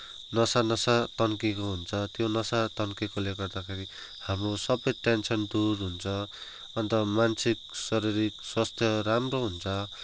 नसा नसा तन्किएको हुन्छ त्यो नसा तन्किएकोले गर्दाखेरि हाम्रो सबै टेन्सन दुर हुन्छ अन्त मान्छेको शारीरिक स्वास्थ्य राम्रो हुन्छ